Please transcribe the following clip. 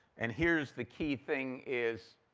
and here's the key thing is,